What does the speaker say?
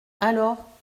alors